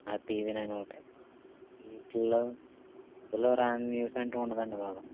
happy even అని ఒకటి వీటీల్లో అందులో రాని న్యూస్ అంటూ ఉండదు అండి బాబు